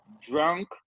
drunk